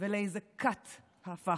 ולאיזו כת הפכתם.